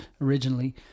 originally